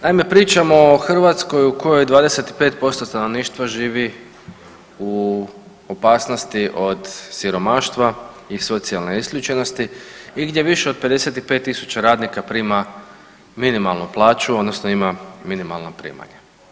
Naime, pričamo o Hrvatskoj u kojoj 25% stanovništva živi u opasnosti od siromaštva i socijalne isključenosti i gdje više od 55.000 radnika prima minimalnu plaću odnosno ima minimalna primanja.